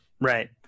Right